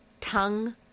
tongue